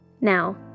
Now